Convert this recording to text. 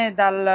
dal